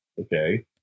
okay